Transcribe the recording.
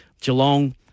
Geelong